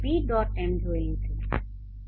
m જોઇ લીધું છે